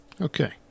Okay